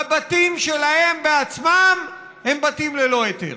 והבתים שלהם בעצמם הם בתים ללא היתר.